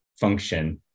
function